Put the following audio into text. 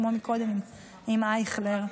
כמו קודם עם אייכלר.